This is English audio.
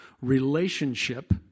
relationship